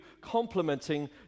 complementing